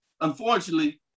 Unfortunately